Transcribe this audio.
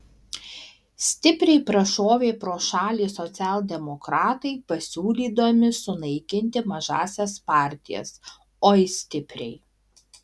stipriai prašovė pro šalį socialdemokratai pasiūlydami sunaikinti mažąsias partijas oi stipriai